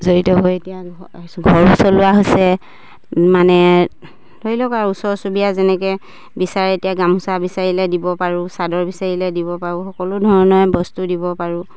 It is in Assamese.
জড়িত হৈ এতিয়া ঘৰো চলোৱা হৈছে মানে ধৰি লওক আৰু ওচৰ চুবুৰীয়া যেনেকে বিচাৰে এতিয়া গামোচা বিচাৰিলে দিব পাৰোঁ চাদৰ বিচাৰিলে দিব পাৰোঁ সকলো ধৰণৰ বস্তু দিব পাৰোঁ